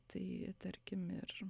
tai tarkim ir